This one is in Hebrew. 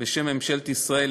בשם ממשלת ישראל,